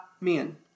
men